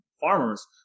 farmers